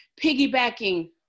piggybacking